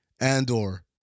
Andor